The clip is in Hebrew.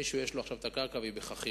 למישהו יש עכשיו הקרקע, והיא בחכירה.